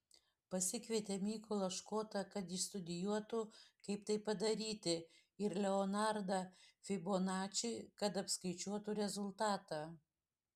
pasikvietė mykolą škotą kad išstudijuotų kaip tai padaryti ir leonardą fibonačį kad apskaičiuotų rezultatą